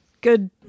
good –